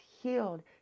healed